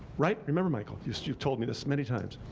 right? remember, michael, you've you've told me this many times.